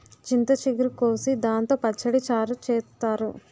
చింత చిగురు కోసి దాంతో పచ్చడి, చారు చేత్తారు